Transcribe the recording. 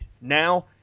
Now